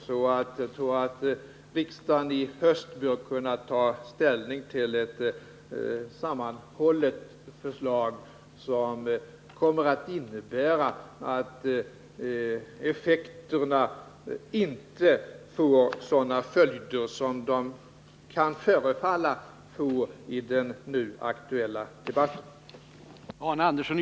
Jag tror alltså att riksdagen i höst bör kunna ta ställning till ett sammanhållet förslag, som kommer att innebära att effekterna inte får sådana följder som det kan förefalla i den nu aktuella debatten.